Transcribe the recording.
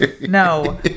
no